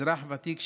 אזרח ותיק,